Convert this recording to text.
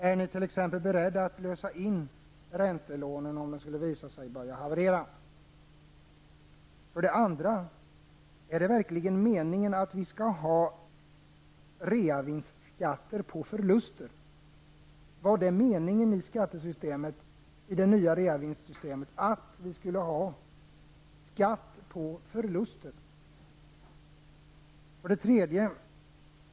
Är ni t.ex. beredda att lösa in räntelånen om de skulle visa sig börja haverera? 2. Är det verkligen meningen att vi skall ha reavinstskatter på förluster? Var det meningen med det nya reavinstsystemet att vi skulle ha skatt på förluster? 3.